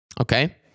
Okay